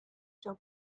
still